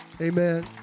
Amen